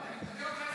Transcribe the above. מה הבעיה?